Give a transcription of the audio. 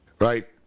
right